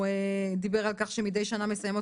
הוא דיבר על כך: "..מידי שנה מסיימות